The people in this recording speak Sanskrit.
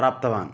प्राप्तवान्